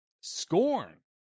scorn